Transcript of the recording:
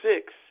six